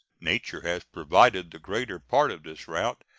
nature has provided the greater part of this route,